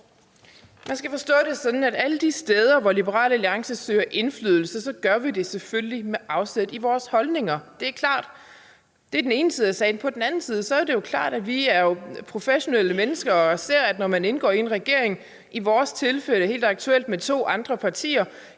Man skal forstå det sådan, at alle de steder, hvor Liberal Alliance søger indflydelse, gør vi det selvfølgelig med afsæt i vores holdninger. Det er klart. Det er den ene side af sagen. På den anden side er det klart, at vi er professionelle mennesker og ser, at når man indgår i en regering, i vores tilfælde helt aktuelt med to andre partier,